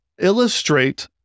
illustrate